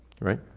Right